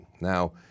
Now